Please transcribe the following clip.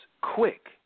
Quick